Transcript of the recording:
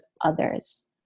others